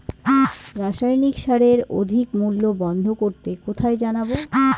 রাসায়নিক সারের অধিক মূল্য বন্ধ করতে কোথায় জানাবো?